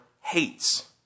hates